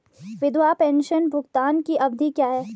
विधवा पेंशन भुगतान की अवधि क्या है?